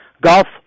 Golf